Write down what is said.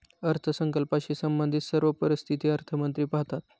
अर्थसंकल्पाशी संबंधित सर्व परिस्थिती अर्थमंत्री पाहतात